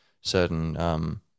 certain